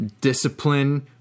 discipline